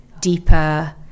deeper